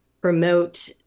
promote